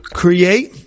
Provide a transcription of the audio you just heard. create